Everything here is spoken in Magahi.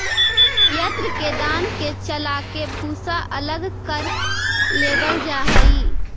अन्न के दान के चालके भूसा अलग कर लेवल जा हइ